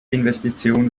investition